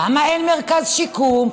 למה אין מרכז שיקום,